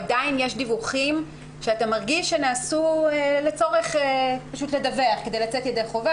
עדיין יש דיווחים שנעשו כדי לצאת ידי חובה.